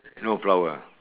no flower